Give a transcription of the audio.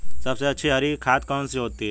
सबसे अच्छी हरी खाद कौन सी होती है?